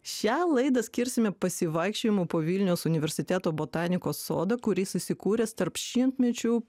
šią laidą skirsime pasivaikščiojimui po vilniaus universiteto botanikos sodą kuris įsikūręs tarp šimtmečių